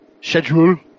schedule